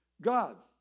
God